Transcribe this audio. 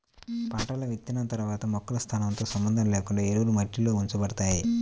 పంటలను విత్తిన తర్వాత మొక్కల స్థానంతో సంబంధం లేకుండా ఎరువులు మట్టిలో ఉంచబడతాయి